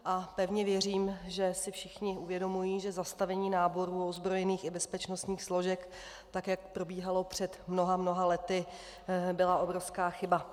A pevně věřím, že si všichni uvědomují, že zastavení náborů ozbrojených i bezpečnostních složek, tak jak probíhalo před mnoha a mnoha lety, byla obrovská chyba.